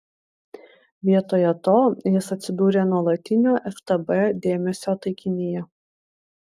vietoje to jis atsidūrė nuolatinio ftb dėmesio taikinyje